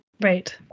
right